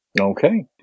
Okay